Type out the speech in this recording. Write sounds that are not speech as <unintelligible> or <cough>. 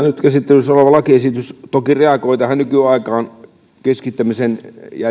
<unintelligible> nyt käsittelyssä oleva lakiesitys toki reagoi nykyaikaan ja keskittämisen